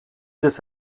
des